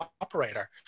operator